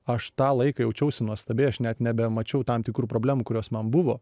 aš tą laiką jaučiausi nuostabiai aš net nebemačiau tam tikrų problemų kurios man buvo